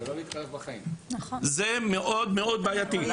זה מאוד בעייתי.